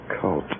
Coat